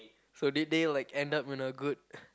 so did they like end up in a good